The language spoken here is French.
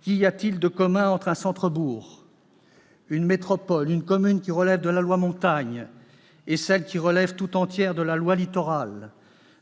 Qu'y a-t-il de commun entre un centre-bourg, une métropole, une commune qui relève de la loi Montagne ou celle qui relève tout entière de la loi Littoral